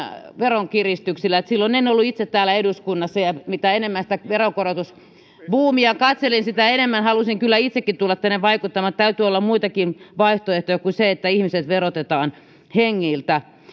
veronkiristyksillä silloin en ollut itse täällä eduskunnassa ja mitä enemmän sitä veronkorotusbuumia katselin sitä enemmän halusin kyllä itsekin tulla tänne vaikuttamaan täytyy olla muitakin vaihtoehtoja kuin se että ihmiset verotetaan hengiltä